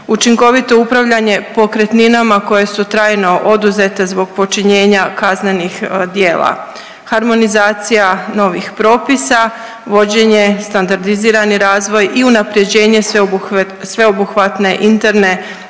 učinkovito upravljanje pokretninama koje su trajno oduzete zbog počinjenja kaznenih djela, harmonizacija novih propisa, vođenje, standardizirani razvoj i unaprjeđenje sveobuhvatne interne